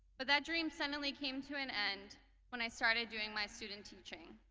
but that dream suddenly came to an end when i started doing my student teaching.